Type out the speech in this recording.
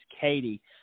Katie